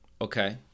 Okay